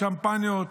שמפניות,